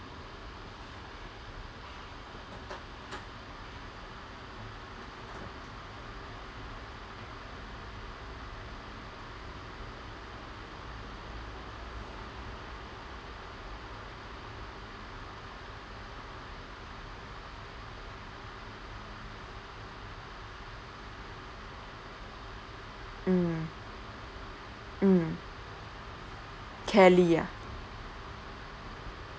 mm mm kelly ah